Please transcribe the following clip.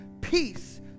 peace